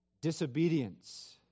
Disobedience